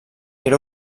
era